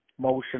motion